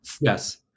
Yes